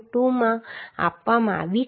2 માં આપવામાં આવી છે